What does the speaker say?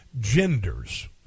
genders